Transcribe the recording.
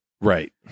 Right